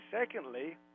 secondly